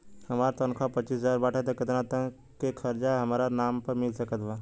हमार तनख़ाह पच्चिस हज़ार बाटे त केतना तक के कर्जा हमरा नाम पर मिल सकत बा?